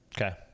Okay